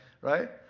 Right